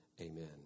Amen